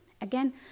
Again